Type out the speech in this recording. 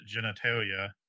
genitalia